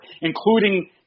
including